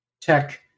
tech